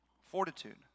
Fortitude